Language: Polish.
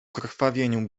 krwawemu